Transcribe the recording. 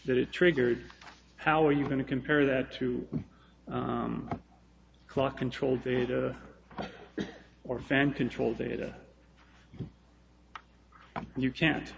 it triggered how are you going to compare that to a clock control data or fan control data you can't